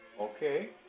Okay